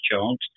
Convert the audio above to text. chance